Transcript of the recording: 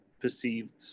perceived